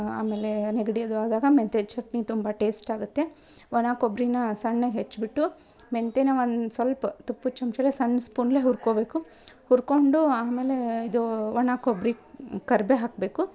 ಆಮೇಲೇ ನೆಗಡಿ ಅದು ಆದಾಗ ಮೆಂತೆ ಚಟ್ನಿ ತುಂಬ ಟೇಸ್ಟ್ ಆಗುತ್ತೆ ಒಣ ಕೊಬ್ಬರೀನ ಸಣ್ಣಗೆ ಹೆಚ್ಬಿಟ್ಟು ಮೆಂತೆನ ಒಂದು ಸ್ವಲ್ಪ ತುಪ್ಪದ ಚಮ್ಚಲೀ ಸಣ್ಣ ಸ್ಪೂನಲ್ಲೆ ಹುರ್ಕೊಬೇಕು ಹುರ್ಕೊಂಡು ಆಮೇಲೇ ಇದೂ ಒಣ ಕೊಬ್ಬರಿ ಕರ್ಬೇ ಹಾಕಬೇಕು